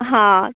हा